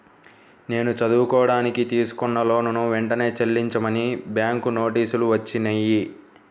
నేను చదువుకోడానికి తీసుకున్న లోనుని వెంటనే చెల్లించమని బ్యాంకు నోటీసులు వచ్చినియ్యి